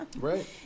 Right